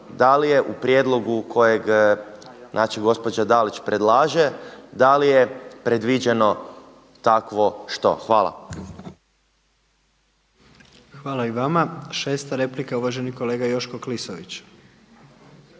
da li je u prijedlogu kojeg znači gospođa Dalić predlaže da li je predviđeno takvo što? Hvala. **Jandroković, Gordan (HDZ)** Hvala i vama. Šesta replika uvaženi kolega Joško Klisović.